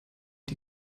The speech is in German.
wir